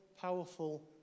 powerful